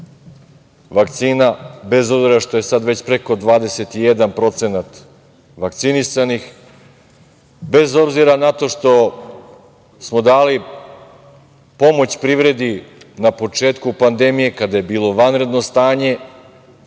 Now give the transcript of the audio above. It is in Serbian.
vakcina, bez obzira što je sad već preko 21% vakcinisanih, bez obzira na to što smo dali pomoć privredi na početku pandemije kada je bilo vanredno stanje,